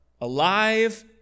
alive